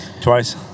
Twice